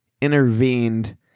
intervened